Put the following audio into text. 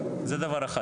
זה דבר אחד.